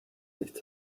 nichts